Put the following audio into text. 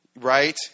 right